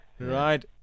Right